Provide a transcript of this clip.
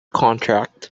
contract